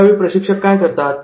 यावेळी प्रशिक्षक काय करतात